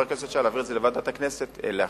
הכנסת שי להעביר אותה לוועדת הכנסת כדי להכריע.